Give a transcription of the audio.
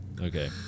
okay